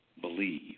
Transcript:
believe